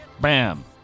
Bam